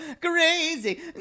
crazy